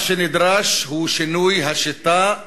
מה שנדרש הוא שינוי השיטה,